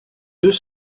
deux